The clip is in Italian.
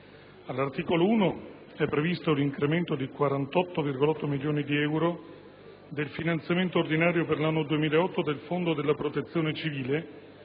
All'articolo 1 è previsto l'incremento di 48,8 milioni di euro del finanziamento ordinario per l'anno 2008 del fondo della protezione civile,